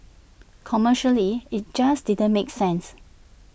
commercially IT just didn't make sense